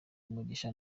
umugisha